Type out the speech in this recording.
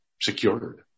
secured